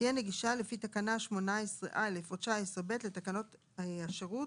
תהיה נגישה לפי תקנה 18(א) או 19(ב) לתקנות השירות,